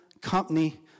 company